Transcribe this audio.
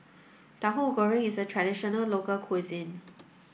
Tauhu Goreng is a traditional local cuisine